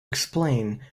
explain